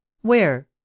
Where